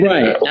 Right